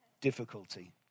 difficulty